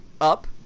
up